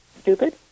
stupid